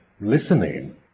listening